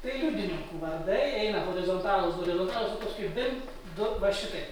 tai liudininkų vardai eina horizontalūs horizontalūs o paskui bim du va šitaip